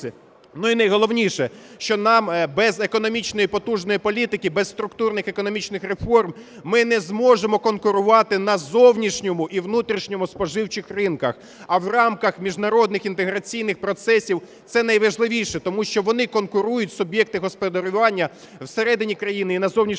І найголовніше, що нам без економічної потужної політики, без структурних економічних реформи ми не зможемо конкурувати на зовнішньому і внутрішньому споживчих ринках. А в рамках міжнародних інтеграційних процесів це найважливіше, тому що вони конкурують суб'єкти господарювання всередині країни і на зовнішніх